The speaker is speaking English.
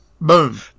Boom